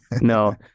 No